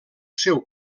seu